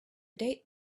date